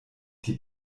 die